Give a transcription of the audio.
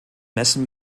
messen